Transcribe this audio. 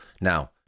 Now